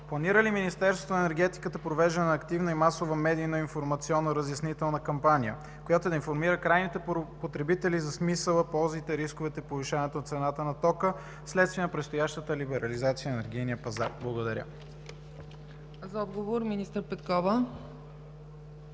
планира ли Министерството на енергетиката провеждане на активна и масова медийна, информационна, разяснителна кампания, която да информира крайните потребители за смисъла, ползите и рисковете от повишаването на цената на тока вследствие на предстоящата либерализация на енергийния пазар? Благодаря. ПРЕДСЕДАТЕЛ ЦЕЦКА